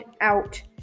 out